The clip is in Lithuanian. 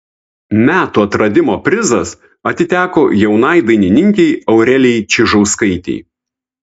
metų atradimo prizas atiteko jaunai dainininkei aurelijai čižauskaitei